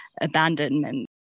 Abandonment